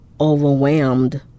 overwhelmed